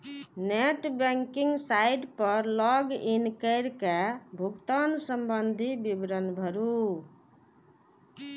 net banking site पर log in कैर के भुगतान संबंधी विवरण भरू